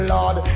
Lord